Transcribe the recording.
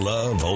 Love